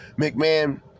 McMahon